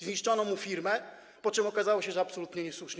Zniszczono mu firmę, po czym okazało się, że absolutnie niesłusznie.